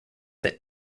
that